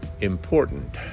important